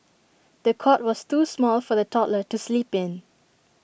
the cot was too small for the toddler to sleep in